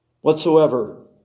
whatsoever